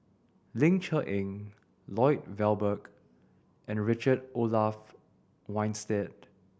Ling Cher Eng Lloyd Valberg and the Richard Olaf Winstedt